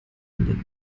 den